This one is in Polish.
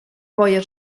boję